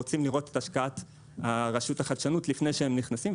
רוצים לראות את השקעת רשות החדשנות לפני שהם נכנסים,